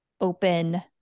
open